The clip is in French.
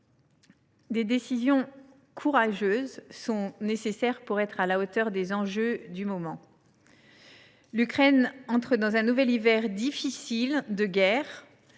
Des décisions courageuses sont nécessaires pour être à la hauteur des enjeux du moment. L’Ukraine entre dans un nouvel hiver difficile, un